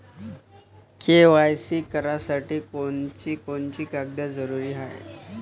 KYC करासाठी कोनची कोनची कागद जरुरी हाय?